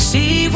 See